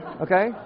Okay